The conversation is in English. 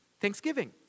Thanksgiving